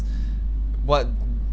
what